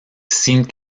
sin